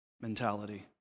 mentality